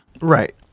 Right